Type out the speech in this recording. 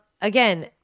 again